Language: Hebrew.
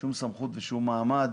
שום סמכות ושום מעמד